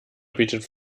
bietet